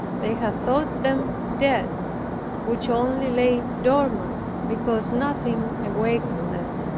they had thought them dead which only lay dormant because nothing awakened them.